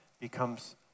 becomes